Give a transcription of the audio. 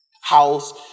house